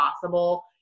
possible